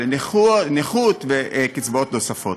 של נכות וקצבאות נוספות.